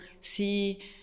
see